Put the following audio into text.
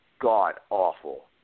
god-awful